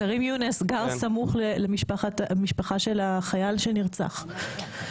כרים יונס גר סמוך למשפחה של החייל שנרצח.